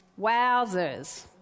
Wowzers